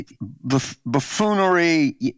buffoonery